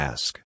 Ask